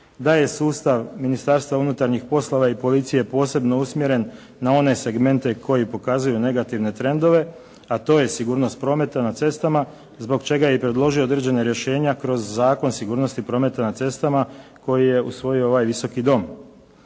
da je sustav Ministarstva unutarnjih poslova i policije posebno usmjeren na one segmente koji pokazuju negativne trendove, a to je sigurnost prometa na cestama zbog čega je i predložio određena rješenja kroz Zakon o sigurnosti prometa na cestama koji je usvojio ovaj Visoki dom.